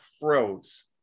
froze